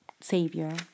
Savior